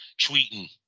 tweeting